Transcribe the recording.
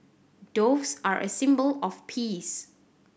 doves are a symbol of peace